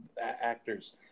actors